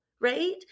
right